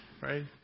right